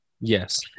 yes